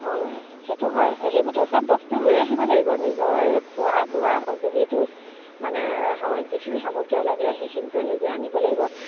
অঁ সেইটো হয় সেইবোৰতো চব বস্তু লৈ আহিব লাগিব নিজৰ খোৱা বোৱা সঁজুলিটো মানে যিখিনি সামগ্ৰীও লাগে সেইখিনিতো নিজে আনিব লাগিব